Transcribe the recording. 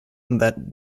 that